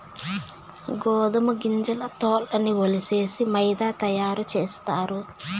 గోదుమ గింజల తోల్లన్నీ ఒలిసేసి మైదా తయారు సేస్తారు